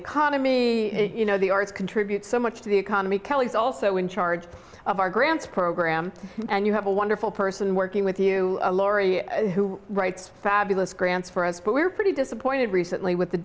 economy you know the arts contribute so much to the economy kelly is also in charge of our grants program and you have a wonderful person working with you laurie who writes fabulous grants for us but we're pretty disappointed recently with the